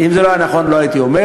אם זה לא היה נכון לא הייתי אומר,